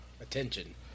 Attention